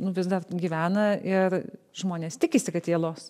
nu vis dar gyvena ir žmonės tikisi kad jie los